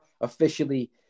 officially